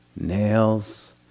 nails